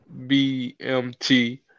BMT